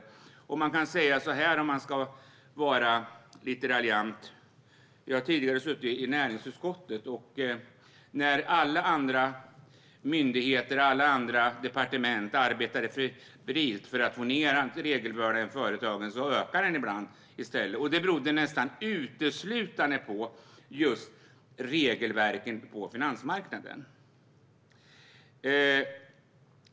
Jag har tidigare suttit i näringsutskottet, och om jag ska vara lite raljant kan jag säga att när alla andra myndigheter och departement arbetade febrilt för att få ned företagens regelbörda ökade den ibland i stället, och det berodde nästan uteslutande på regelverken på finansmarknaden.